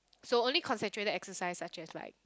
so only concentrated exercise such as like